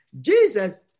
Jesus